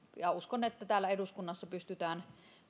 ja uskon että myös täällä eduskunnassa pystytään